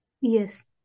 Yes